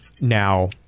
Now